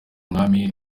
mwami